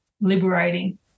liberating